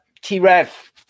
t-rev